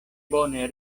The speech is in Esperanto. bone